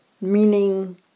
meaning